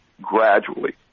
gradually